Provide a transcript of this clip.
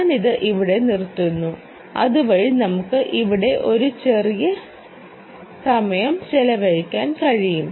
ഞാനിത് ഇവിടെ നിർത്തുന്നു അതുവഴി നമുക്ക് ഇവിടെ ഒരു ചെറിയ സമയം ചെലവഴിക്കാൻ കഴിയും